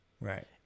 Right